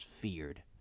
feared